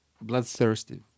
Bloodthirsty